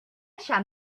shall